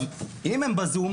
אם הם בזום,